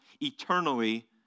eternally